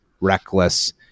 reckless